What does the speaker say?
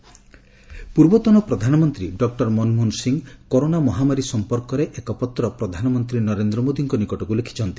Manmohan letter ପୂର୍ବତନ ପ୍ରଧାନମନ୍ତ୍ରୀ doctor Manmohan Singh corona ମହାମାରୀ ସମ୍ପର୍କରେ ଏକ ପତ୍ର ପ୍ରଧାନମନ୍ତ୍ରୀ ନରେନ୍ଦ୍ର ମୋଦିଙ୍କ ନିକଟକୁ ଲେଖିଛନ୍ତି